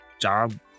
job